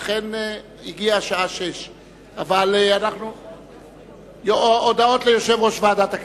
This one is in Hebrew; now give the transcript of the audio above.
ואכן הגיעה השעה 18:00. הודעות ליושב-ראש ועדת הכנסת.